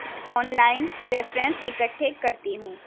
on line reference اکٹھے کرتی ہوں